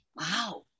Wow